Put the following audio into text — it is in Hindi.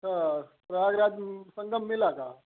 त प्रयागराज संगम मेला का